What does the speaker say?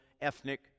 ethnic